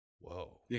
whoa